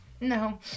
no